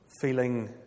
feeling